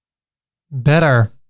better.